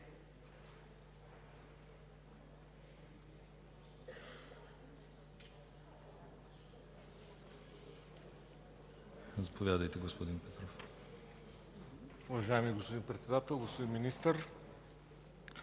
Уважаеми господин Председател, господин министър!